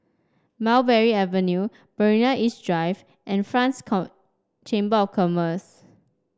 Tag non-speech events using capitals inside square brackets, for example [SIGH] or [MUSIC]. Mulberry Avenue Marina East Drive and French [UNINTELLIGIBLE] Chamber of Commerce